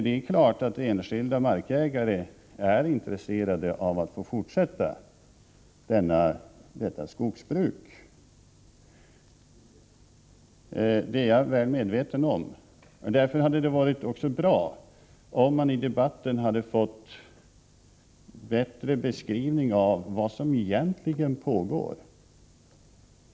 Det är klart att enskilda markägare är intresserade av att få fortsätta detta skogsbruk — det är jag väl medveten om. Därför hade det varit bra om man i debatten fått en bättre beskrivning av vad som egentligen pågår.